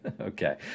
Okay